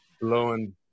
blowing